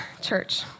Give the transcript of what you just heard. church